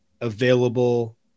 available